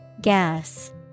Gas